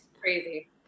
crazy